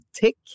Tick